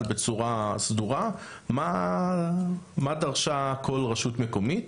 בצורה סדורה מה דרשה כל רשות מקומית,